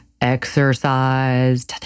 exercise